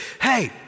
hey